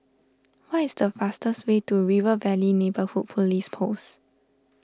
what is the fastest way to River Valley Neighbourhood Police Post